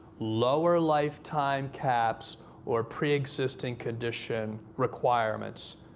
lower lifetime caps, or preexisting condition requirements,